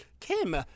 Kim